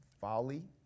folly